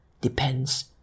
depends